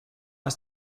ist